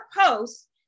posts